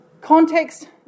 context